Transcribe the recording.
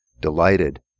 delighted